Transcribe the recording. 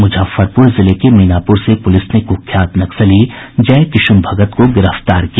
मुजफ्फरपुर जिले के मीनापुर से पुलिस ने कुख्यात नक्सली जय किशुन भगत को गिरफ्तार किया है